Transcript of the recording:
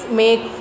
make